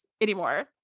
anymore